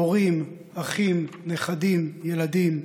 הורים, אחים, נכדים, ילדים.